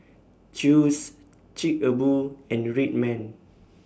Chew's Chic A Boo and Red Man